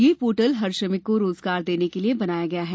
यह पोर्टल हर श्रमिक को रोजगार देने के लिये बनाया गया है